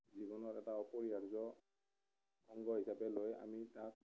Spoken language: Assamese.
জীৱনৰ এটা অপৰিহাৰ্য অংগ হিচাপে লৈ আমি তাক